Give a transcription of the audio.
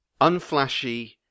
unflashy